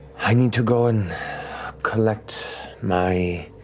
i need to go and collect my